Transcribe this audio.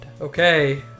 okay